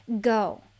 go